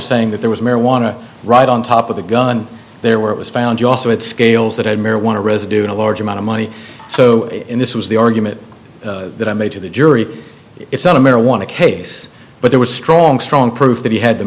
saying that there was marijuana right on top of the gun there where it was found you also had scales that had marijuana residue in a large amount of money so in this was the argument that i made to the jury it's not a marijuana case but there was strong strong proof that he had the